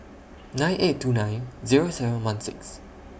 nine eight two nine Zero seven one six